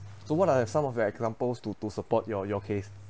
so what are some of the examples to to support your your case